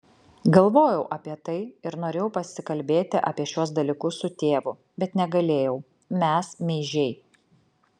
galvojau apie tai ir norėjau pasikalbėti apie šiuos dalykus su tėvu bet negalėjau mes meižiai